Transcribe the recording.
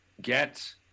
get